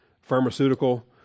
pharmaceutical